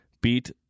beat